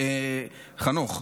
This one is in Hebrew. חנוך,